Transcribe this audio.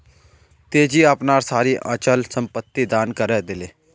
तेजी अपनार सारी अचल संपत्ति दान करे दिले